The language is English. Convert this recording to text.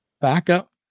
Backup